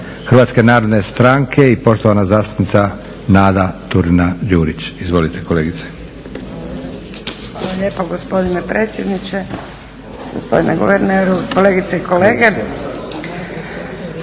zastupnika HNS-a i poštovana zastupnica Nada Turina-Đurić. Izvolite kolegice.